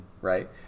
right